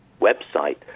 website